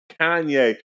Kanye